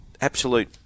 absolute